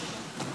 לרשותך.